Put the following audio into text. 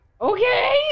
okay